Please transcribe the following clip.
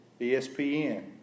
ESPN